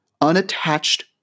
unattached